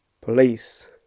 Police